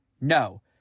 no